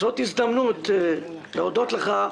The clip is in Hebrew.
זאת ההזדמנות להודות לך.